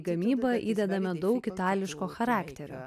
gamybą įdedame daug itališko charakterio